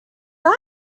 that